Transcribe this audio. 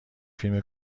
فیلم